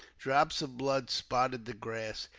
drops of blood spotted the grass,